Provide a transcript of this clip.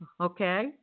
okay